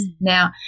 Now